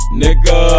nigga